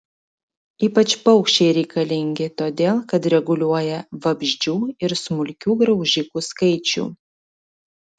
ypač paukščiai reikalingi todėl kad reguliuoja vabzdžių ir smulkių graužikų skaičių